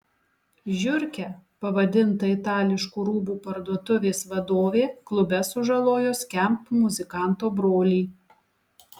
žiurke pavadinta itališkų rūbų parduotuvės vadovė klube sužalojo skamp muzikanto brolį